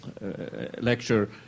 lecture